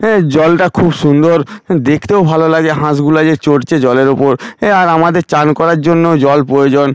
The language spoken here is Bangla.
হ্যাঁ জলটা খুব সুন্দর দেখতেও ভালো লাগে হাঁসগুলো যে চরছে জলের উপর এ আর আমাদের চান করার জন্যও জল প্রয়োজন